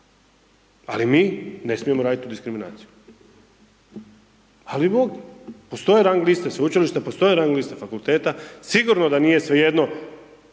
Ali mi ne smijemo radit tu diskriminaciju, al bi mogli, postoje rang liste sveučilišta, postoje rang liste fakulteta sigurno da nije svejedno